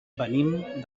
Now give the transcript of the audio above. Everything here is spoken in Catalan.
venim